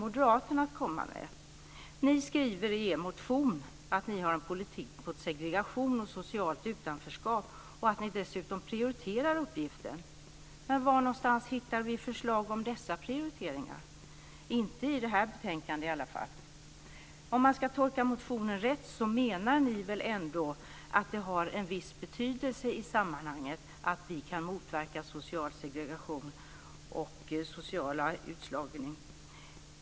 Moderaterna att komma med? Ni skriver i er motion att ni har en politik mot segregation och socialt utanförskap och att ni dessutom prioriterar uppgiften. Var någonstans hittar vi förslag om dessa prioriteringar? Inte i det här betänkandet i alla fall! Om man ska försöka tolka motionen rätt menar ni väl ändå att det har en viss betydelse i sammanhanget att vi kan motverka social segregation och social utslagning?